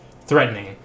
threatening